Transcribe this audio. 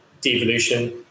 devolution